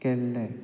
केल्लें